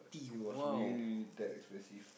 it was really really that expensive